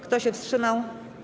Kto się wstrzymał?